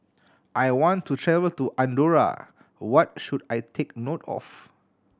I want to travel to Andorra what should I take note of